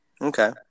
Okay